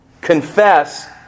Confess